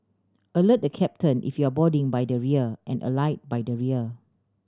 alert the captain if you're boarding by the rear and alight by the rear